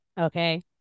okay